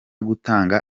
gutanga